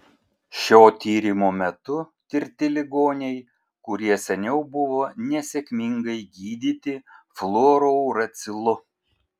šio tyrimo metu tirti ligoniai kurie seniau buvo nesėkmingai gydyti fluorouracilu